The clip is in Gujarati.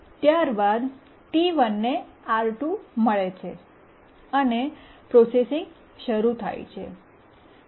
ત્યારબાદ T1 ને R2 મળે છે અને પ્રોસેસીંગ શરૂ થાય છે